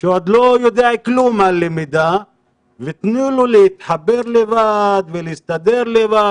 כשהוא עוד לא יודע כלום על למידה ותנו לו להתחבר לבד ולהסתדר לבד,